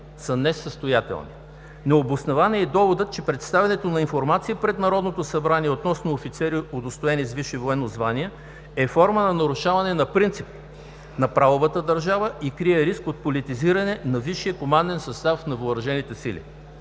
са несъстоятелни. Необоснован е и доводът, че представянето на информация пред Народното събрание относно офицери, удостоени с висши военни звания, е форма на нарушаване на принцип на правовата държава и крие риск от политизиране на висшия команден състав на Въоръжените сили.